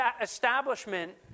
establishment